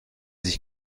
sich